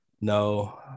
no